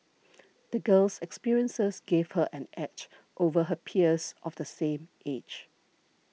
the girl's experiences gave her an edge over her peers of the same age